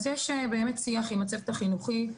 אז יש באמת שיח עם הצוות החינוכי.